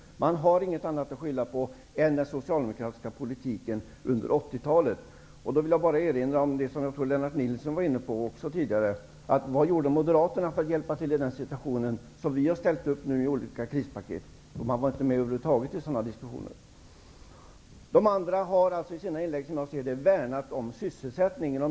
Man har inget annat att skylla på än den socialdemokratiska politiken under 80-talet. Jag vill bara erinra om det som Lennart Nilsson var inne på tidigare: Vad gjorde Moderaterna för att hjälpa till i den situationen, som motsvarar det sätt vi har ställt upp på med olika krispaket? Man var inte med i sådana diskussioner över huvud taget. De andra har, som jag ser det, i sina inlägg värnat om sysselsättningen.